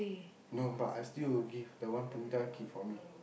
no but I still will give the one Punitha keep for me